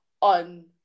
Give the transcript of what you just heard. on